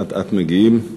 שאט-אט מגיעים,